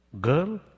girl